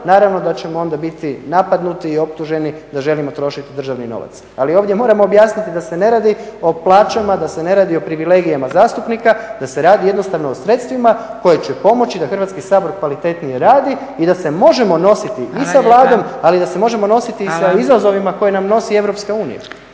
naravno da ćemo onda biti napadnuti i optuženi da želimo trošiti državni novac. Ali ovdje moram objasniti da se ne radi o plaćama, da se ne radi o privilegijama zastupnika, da se radi jednostavno o sredstvima koja će pomoći da Hrvatski sabor kvalitetnije radi i da se možemo nositi i sa Vladom ali da se možemo nositi i sa izazovima koja nam nosi Europska unija.